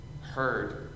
heard